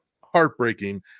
heartbreaking